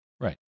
Right